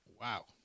Wow